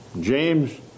James